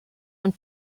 und